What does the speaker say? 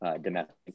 domestic